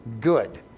good